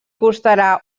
costarà